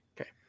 Okay